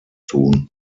tun